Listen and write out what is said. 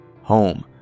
home